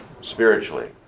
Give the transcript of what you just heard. spiritually